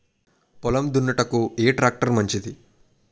పొలం దున్నుటకు ఏ ట్రాక్టర్ మంచిది?